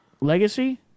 legacy